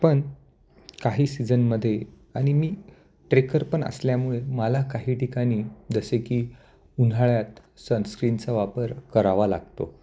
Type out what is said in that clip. पण काही सीझनमध्ये आणि मी ट्रेकर पण असल्यामुळे मला काही ठिकाणी जसे की उन्हाळ्यात सनस्क्रीनचा वापर करावा लागतो